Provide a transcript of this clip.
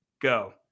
go